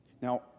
Now